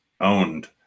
owned